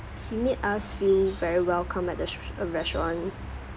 he made us feel very welcome at the res~ uh restaurant